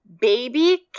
baby